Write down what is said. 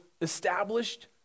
established